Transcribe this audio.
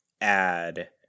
add